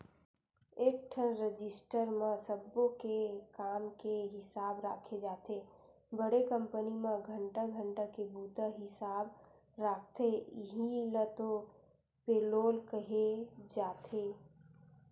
एकठन रजिस्टर म सब्बो के काम के हिसाब राखे जाथे बड़े कंपनी म घंटा घंटा के बूता हिसाब राखथे इहीं ल तो पेलोल केहे जाथे